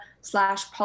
slash